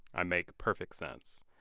i make perfect sense.